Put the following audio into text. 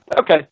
Okay